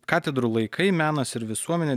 katedrų laikai menas ir visuomenė